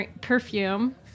perfume